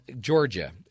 Georgia